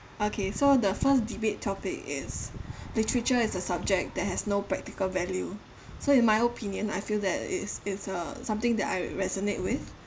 okay so the first debate topic is literature as a subject that has no practical value so in my opinion I feel that it's it's uh something that I resonate with